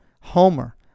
Homer